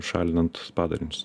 šalinant padarinius